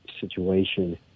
situation